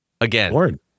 Again